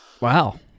wow